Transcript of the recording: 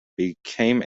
became